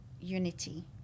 unity